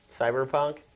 Cyberpunk